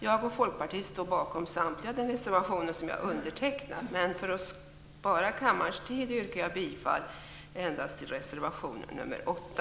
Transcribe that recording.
Jag och Folkpartiet står bakom samtliga reservationer som jag har undertecknat. Men för att spara kammarens tid yrkar jag bifall endast till reservation nr 8.